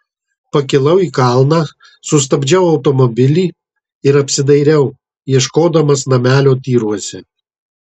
pakilau į kalną sustabdžiau automobilį ir apsidairiau ieškodamas namelio tyruose